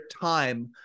time